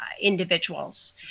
individuals